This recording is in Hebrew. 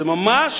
זה ממש